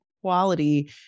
quality